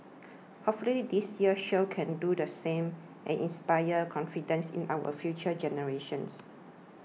hopefully this year's show can do the same and inspire confidence in our future generations